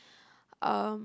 um